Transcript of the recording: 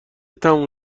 تموم